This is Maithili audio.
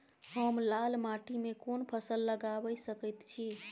हम लाल माटी में कोन फसल लगाबै सकेत छी?